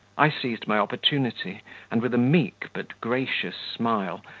i seized my opportunity and with a meek but gracious smile,